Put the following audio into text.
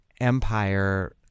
empire